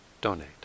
donate